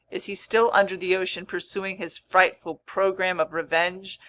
is he still under the ocean pursuing his frightful program of revenge,